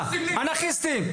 אנרכיסטים.